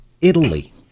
Italy